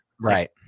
right